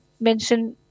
mention